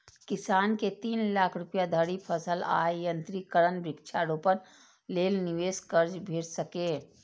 किसान कें तीन लाख रुपया धरि फसल आ यंत्रीकरण, वृक्षारोपण लेल निवेश कर्ज भेट सकैए